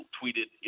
tweeted